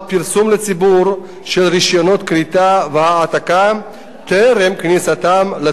לציבור של רשיונות כריתה והעתקה טרם כניסתם לתוקף,